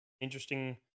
interesting